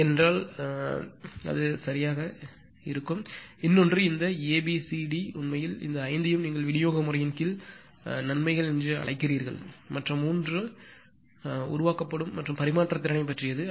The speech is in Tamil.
ஏனென்றால் அது சரியாக இருக்கும் இன்னொன்று இந்த a b c d உண்மையில் இந்த ஐந்தையும் நீங்கள் விநியோக முறையின் கீழ் நன்மைகள் என்று அழைக்கிறீர்கள் மற்ற மூன்று உருவாக்கப்படும் மற்றும் பரிமாற்ற திறனை பற்றியது